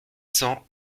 cent